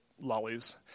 lollies